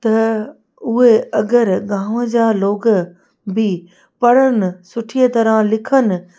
त उहे अगरि गांव जा लोग बि पढ़नि सुठीअ तरह लिखनि